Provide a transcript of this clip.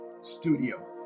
studio